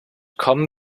com